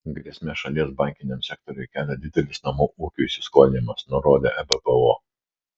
grėsmės šalies bankiniam sektoriui kelia didelis namų ūkių įsiskolinimas nurodė ebpo